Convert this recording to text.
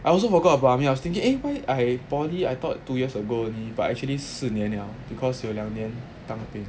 I also forgot about army I was thinking eh why I poly I thought two years ago only but actually 四年 liao because 有两年当兵